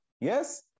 Yes